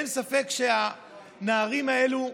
אין ספק שהנערים האלה,